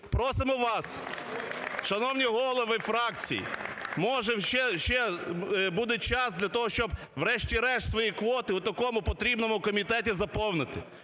Просимо вас, шановні голови фракцій! Може, ще буде час для того, щоб врешті-решт свої квоти в такому потрібному комітеті заповнити.